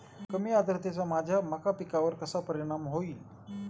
कमी आर्द्रतेचा माझ्या मका पिकावर कसा परिणाम होईल?